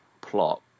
plot